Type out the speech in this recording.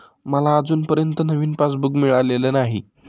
मला अजूनपर्यंत नवीन पासबुक मिळालेलं नाही